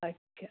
अच्छा